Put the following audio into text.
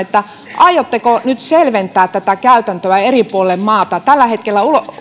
aiotteko nyt selventää tätä käytäntöä eri puolilla maata tällä hetkellä